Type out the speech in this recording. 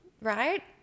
right